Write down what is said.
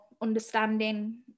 understanding